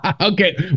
Okay